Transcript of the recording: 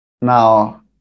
Now